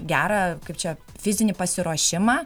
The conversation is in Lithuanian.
gerą kaip čia fizinį pasiruošimą